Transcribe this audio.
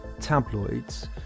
Tabloids